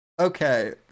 okay